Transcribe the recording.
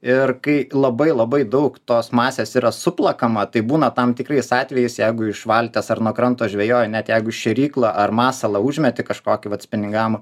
ir kai labai labai daug tos masės yra suplakama taip būna tam tikrais atvejais jeigu iš valties ar nuo kranto žvejoji net jeigu šėryklą ar masalą užmeti kažkokį vat spiningavimo